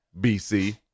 bc